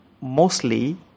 mostly